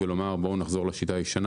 ולומר: בואו נחזור לשיטה הישנה.